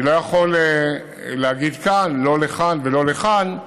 אני לא יכול להגיד כאן, לא לכאן ולא לכאן,